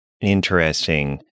Interesting